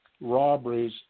robberies